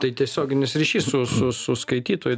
tai tiesioginis ryšys su su su skaitytoju